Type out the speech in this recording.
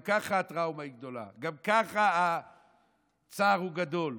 גם ככה הטראומה היא גדולה, גם ככה הצער הוא גדול.